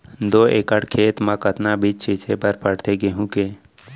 दो एकड़ खेत म कतना बीज छिंचे बर पड़थे गेहूँ के?